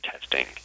testing